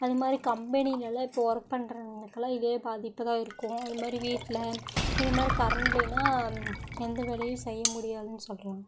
அது மாதிரி கம்பெனியிலலாம் இப்போ ஒர்க் பண்றவங்களுக்குலாம் இதே பாதிப்புதான் இருக்கும் இது மாதிரி வீட்டில் இது மாதிரி கரண்டு இல்லைன்னா எந்த வேலையும் செய்ய முடியாதுன்னு சொல்கிறாங்க